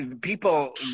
people